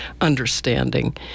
understanding